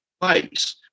place